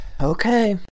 Okay